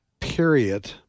period